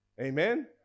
Amen